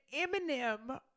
eminem